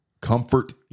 Comfort